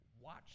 watch